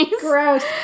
Gross